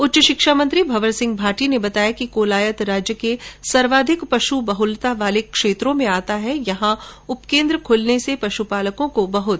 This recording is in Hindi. उच्च शिक्षा मंत्री भंवर सिंह भाटी ने बताया कि कोलायत राज्य के सर्वाधिक पशु बहुलता वाले क्षेत्रों में आता है यहां उप केन्द्र खोलने से पशुपालकों को बहत फायदा होगा